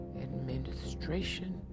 administration